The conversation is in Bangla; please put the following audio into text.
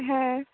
হ্যাঁ